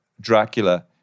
Dracula